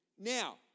Now